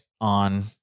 on